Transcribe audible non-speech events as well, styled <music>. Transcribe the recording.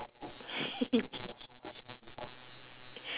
<laughs>